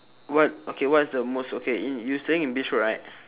what okay what is the most okay in you staying in beach road right